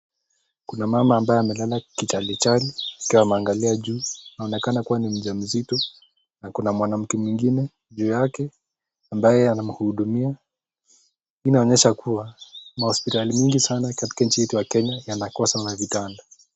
Kuna mama ambaye amelala kichali chali na anaangalia juu. Anaonekana kuwa ni mjamzito na kuna mwanamke mwingine juu yake ambaye anamhudumia. Hii inaonyesha kuwa mahospitali mingi sana katika nchi yetu ya Kenya yanakosa vitanda.